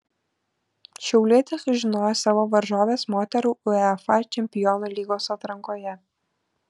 šiaulietės sužinojo savo varžoves moterų uefa čempionų lygos atrankoje